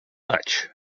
such